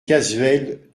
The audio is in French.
casuel